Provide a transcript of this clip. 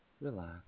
relax